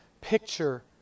picture